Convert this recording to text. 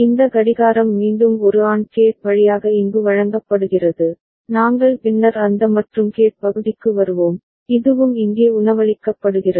இந்த கடிகாரம் மீண்டும் ஒரு AND கேட் வழியாக இங்கு வழங்கப்படுகிறது நாங்கள் பின்னர் அந்த மற்றும் கேட் பகுதிக்கு வருவோம் இதுவும் இங்கே உணவளிக்கப்படுகிறது